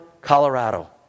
Colorado